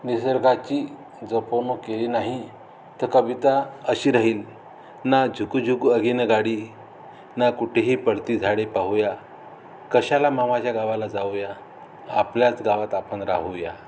निसर्गाची जपवणूक केली नाही तर कविता अशी राहील ना झुकू झुकू अगिनगाडी ना कुठेही पळती झाडे पाहूया कशाला मामाच्या गावाला जाऊया आपल्याच गावात आपण राहूया